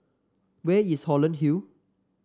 where is Holland Hill